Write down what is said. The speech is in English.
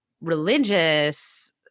religious